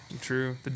true